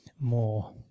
more